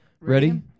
Ready